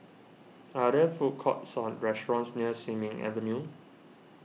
are there food courts or restaurants near Sin Ming Avenue